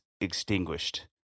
extinguished